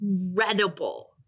Incredible